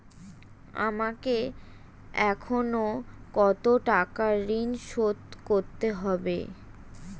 আমাকে এখনো কত টাকা ঋণ শোধ করতে হবে?